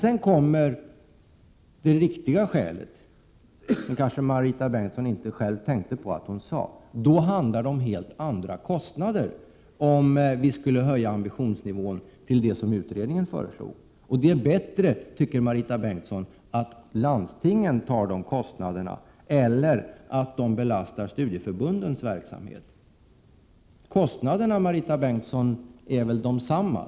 Sedan framkom emellertid det riktiga skälet, vilket Marita Bengtsson kanske inte tänkte på att hon sade, nämligen att det handlar om helt andra kostnader om man skulle höja ambitionsnivån till den nivå som utredningen föreslog. Marita Bengtsson tycker att det är bättre att landstingen står för dessa kostnader eller att dessa kostnader belastar studieförbundens verksam = Prot. 1987/88:126 het. Kostnaderna, Marita Bengtsson, är väl desamma?